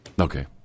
Okay